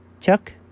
Chuck